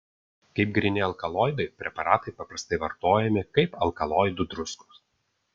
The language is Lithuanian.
kaip gryni alkaloidai preparatai paprastai vartojami kaip alkaloidų druskos